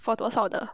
for 多少的